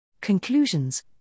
Conclusions